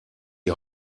die